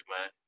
man